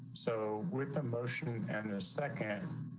so with a motion and a second.